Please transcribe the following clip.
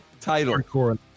title